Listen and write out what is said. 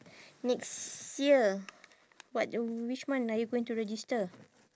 next year what which month are you going to register